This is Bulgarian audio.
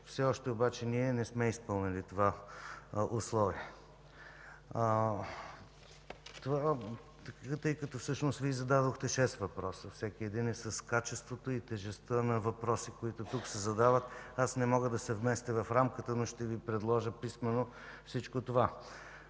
Все още обаче не сме изпълнили това условие. Тъй като всъщност Вие зададохте шест въпроса – всеки един е с качеството и тежестта на въпроси, които се задават тук, аз не мога да се вместя в рамката, но ще Ви предложа писмено всичко това.